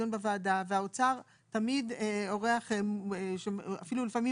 בוועדה והאוצר תמיד אורח אפילו לפעמים